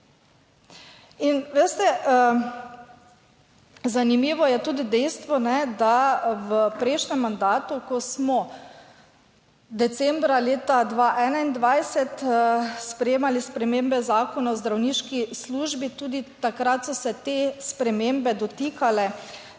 zanimivo je tudi dejstvo, da v prejšnjem mandatu, ko smo decembra leta 2021 sprejemali spremembe Zakona o zdravniški službi, tudi takrat so se te spremembe dotikale